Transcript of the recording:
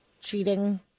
cheating